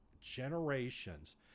generations